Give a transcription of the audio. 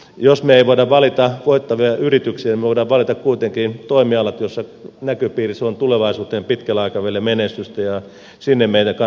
jos me emme voi valita voittavia yrityksiä me voimme valita kuitenkin toimialat joissa näköpiirissä tulevaisuuteen on pitkällä aikavälillä menestystä ja sinne meidän kannattaa satsata